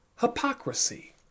hypocrisy